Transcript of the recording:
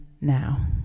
now